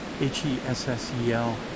H-E-S-S-E-L